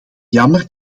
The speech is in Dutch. jammer